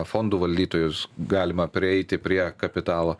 fondų valdytojus galima prieiti prie kapitalo